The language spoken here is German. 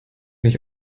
mich